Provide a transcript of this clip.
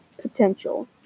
Potential